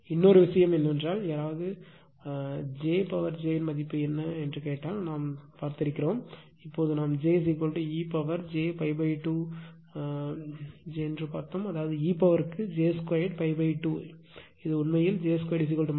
இன்னொரு விஷயம் என்னவென்றால் யாராவது j பவர் j இன் மதிப்பு என்ன கேட்டால் நாம் பார்த்திருக்கிறோம் இப்போது நாம் j e power j π 2 j பார்த்தோம் அதாவது e பவர்க்கு j 2 π 2 என்று உண்மையில் j2 1